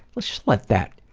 let's just let that,